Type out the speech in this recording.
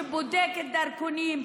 שבודקת דרכונים,